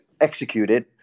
executed